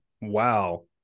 wow